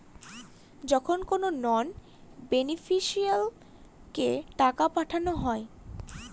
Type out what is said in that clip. যখন কোনো নন বেনিফিশিয়ারিকে টাকা পাঠানো হয়